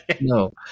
no